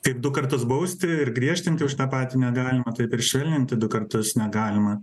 kaip du kartus bausti ir griežtinti už tą patį negalima taip ir švelninti du kartus negalima